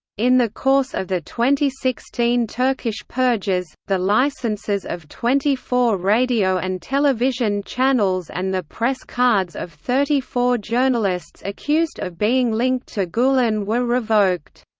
in the course of the sixteen turkish purges, the licenses of twenty four radio and television channels and the press cards of thirty four journalists accused of being linked to gulen were revoked.